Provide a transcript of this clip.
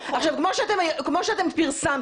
כמו שאתם פרסמתם,